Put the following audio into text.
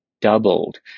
doubled